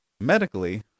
medically